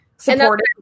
Supportive